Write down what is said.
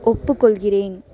ஒப்புக்கொள்கிறேன்